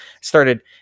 started